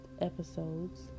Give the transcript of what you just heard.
episodes